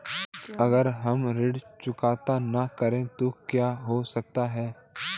अगर हम ऋण चुकता न करें तो क्या हो सकता है?